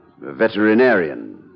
veterinarian